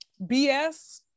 BS